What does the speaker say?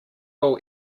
will